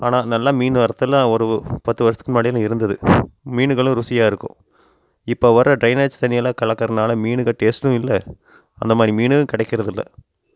ஆனால் நல்ல மீன் வரத்துலாம் ஒரு பத்து வருஷத்துக்கு முன்னாடியெலாம் இருந்தது மீனுகளும் ருசியாக இருக்கும் இப்போ வர்ற ட்ரைனேஜ் தண்ணியெல்லாம் கலக்கிறனால மீனுகள் டேஸ்ட்டும் இல்லை அந்தமாதிரி மீனும் கிடைக்கிறதில்ல